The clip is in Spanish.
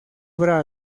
obra